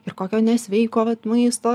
ir kokio nesveiko vat maisto